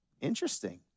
Interesting